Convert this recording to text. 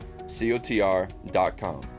cotr.com